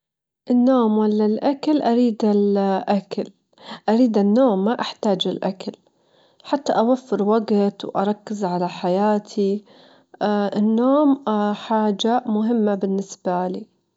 أفضل إني أكون عالجة بمفردي بالجزيرة بحيث إنه إذا كنتين مع عدوك الموضوع بيكون متوتر ، وما راح تجدرين تركزين على البقاء على قيد الحياة، الوحدة تعطيك مساحة تفكير أكبر.